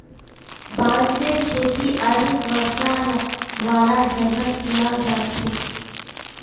बांसेर खेती अधिक वर्षा वालार जगहत कियाल जा छेक